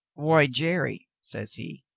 why, jerry, says he,